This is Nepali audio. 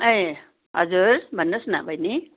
ए हजुर भन्नुहोस् न बहिनी